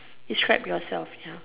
describe yourself ya